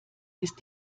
ist